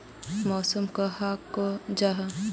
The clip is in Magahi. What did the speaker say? मौसम कहाक को जाहा?